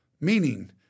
meaning